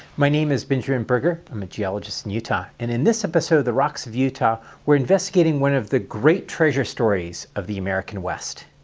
my name is benjamin burger, i'm a geologist in utah, and in this episode of the rocks of utah we are investigating one of the great treasure stories of the american west.